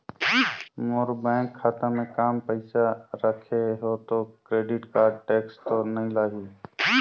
मोर bank खाता मे काम पइसा रखे हो तो क्रेडिट कारड टेक्स तो नइ लाही???